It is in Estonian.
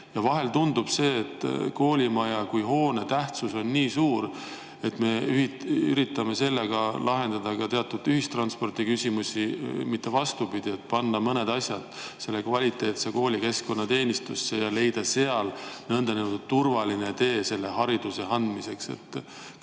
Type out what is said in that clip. Ja vahel tundub, et koolimaja kui hoone tähtsus on nii suur, et me üritame sellega lahendada ka teatud ühistranspordiküsimusi, mitte vastupidi, et panna mõned asjad selle kvaliteetse koolikeskkonna teenistusse ja leida seal nõndanimetatud turvaline tee hariduse andmiseks.